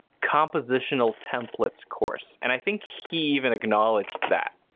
compositional templates course. and i think he even acknowledged that,